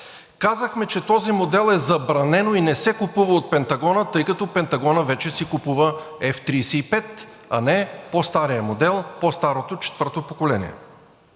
Казахме, че този модел е забранен и не се купува от Пентагона, тъй като Пентагонът вече си купува F-35, а не по-стария модел, по-старото четвърто поколение.